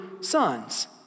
sons